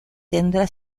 tendrá